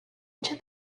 into